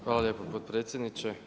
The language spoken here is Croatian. Hvala lijepo potpredsjedniče.